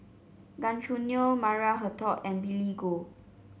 Gan Choo Neo Maria Hertogh and Billy Koh